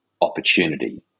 opportunity